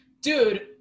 Dude